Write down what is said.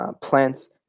plants